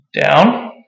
Down